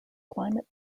climate